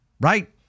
right